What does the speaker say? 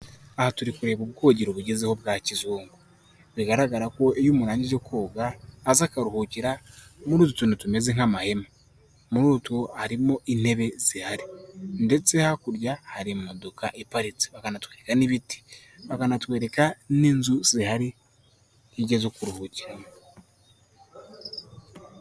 Aha turi kureba ubwogero bugezweho bwa kizungu bigaragara ko iyo umuntu arangije koga aza akaruhukira muri utu tuntu tumeze nk'amahema, muri utwo harimo intebe zihari ndetse hakurya hari imodoka iparitse bakanatwereka n'ibiti bakanatwereka n'inzu zihari iyo ugeze aho kuruhukira.